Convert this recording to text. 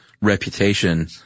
reputation